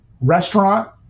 restaurant